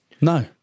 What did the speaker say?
No